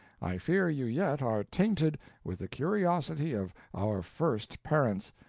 i fear you yet are tainted with the curiosity of our first parents,